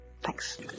Thanks